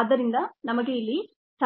ಆದ್ದರಿಂದ ನಮಗೆ ಇಲ್ಲಿ ಸಮಯ ಬೇಕು